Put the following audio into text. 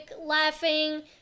laughing